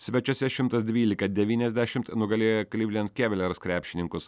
svečiuose šimtas dvylika devyniasdešimt nugalėjo cleveland cavaliers krepšininkus